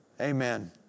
Amen